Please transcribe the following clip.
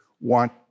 want